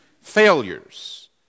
failures